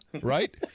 right